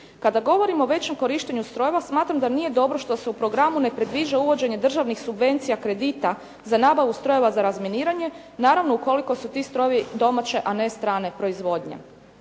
Kada govorimo o većem korištenju strojeva smatram da nije dobro što se u programu ne predviđa uvođenje državnih subvencija kredita za nabavu strojeva za razminiranje naravno ukoliko su ti strojevi domaće, a ne strane proizvodnje.